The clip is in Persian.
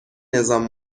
نظام